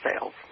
sales